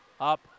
up